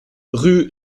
rue